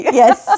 yes